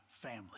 family